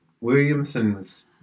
Williamson's